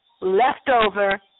leftover